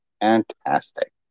Fantastic